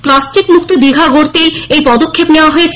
plastic মুক্ত দিঘা গড়তেই এই পদক্ষেপ নেওয়া হয়েছে